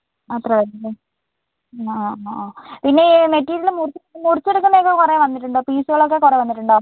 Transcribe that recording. അത്ര വരും അല്ലേ ആ ആ പിന്നെ ഈ മെറ്റീരിയൽ മുറിച്ച് മുറിച്ചെടുക്കുന്നത് ഒക്കെ കുറേ വന്നിട്ടുണ്ടോ പീസുകളൊക്കെ കുറേ വന്നിട്ടുണ്ടോ